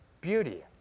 beauty